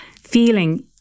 feeling